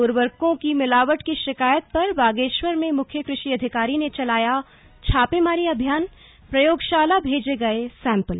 उर्वरकों की मिलावट की शिकायत पर बागेश्वर में मुख्य कृषि अधिकारी ने चलाया छापेमारी अभियानप्रयोगशाला भेजे गए सैंपल